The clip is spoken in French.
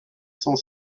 cent